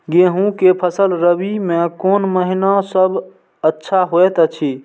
गेहूँ के फसल रबि मे कोन महिना सब अच्छा होयत अछि?